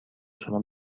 شما